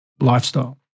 lifestyle